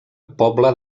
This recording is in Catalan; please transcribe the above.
poble